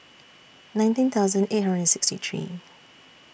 nineteen thousand eight hundred and sixty three